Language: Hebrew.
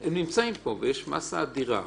הם נמצאים פה ויש מסה אדירה.